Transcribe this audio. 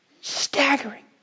Staggering